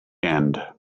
end